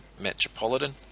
Metropolitan